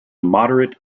moderate